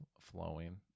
flowing